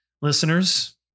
listeners